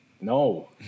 No